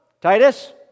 Titus